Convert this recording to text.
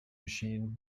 machine